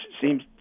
seems